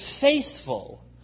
faithful